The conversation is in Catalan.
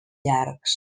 llargs